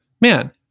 man